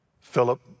Philip